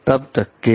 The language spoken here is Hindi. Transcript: तब तक के लिए